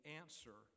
answer